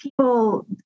people